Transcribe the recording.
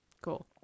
Cool